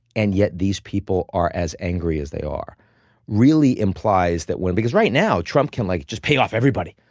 and yet these people are as angry as they are really implies that when because right now, trump can't, like, just pay off everybody.